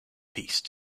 peace